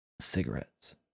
cigarettes